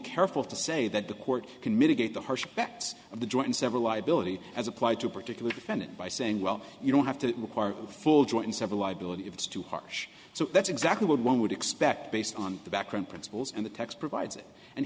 careful to say that the court can mitigate the harsh becht of the joint and several liability as applied to a particular defendant by saying well you don't have to require full joint and several liability if it's too harsh so that's exactly what one would expect based on the background principles and the text provides it and